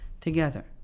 together